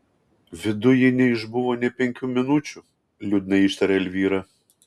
viduj ji neišbuvo nė penkių minučių liūdnai ištarė elvyra